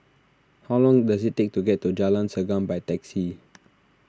how long does it take to get to Jalan Segam by taxi